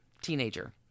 Teenager